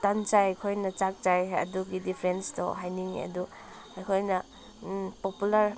ꯇꯟ ꯆꯥꯏ ꯑꯩꯈꯣꯏꯅ ꯆꯥꯛ ꯆꯥꯏ ꯑꯗꯨꯒꯤ ꯗꯤꯐꯔꯦꯟꯁꯇꯣ ꯍꯥꯏꯅꯤꯡꯉꯦ ꯑꯗꯨ ꯑꯩꯈꯣꯏꯅ ꯄꯣꯄꯨꯂꯔ